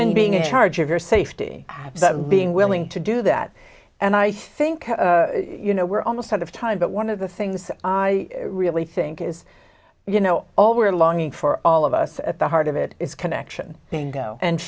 and being in charge of your safety absent being willing to do that and i think you know we're almost out of time but one of the things i really think is you know all we're longing for all of us at the heart of it is connection being